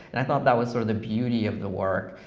and i thought that was sort of the beauty of the work,